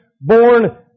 born